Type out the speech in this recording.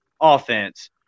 offense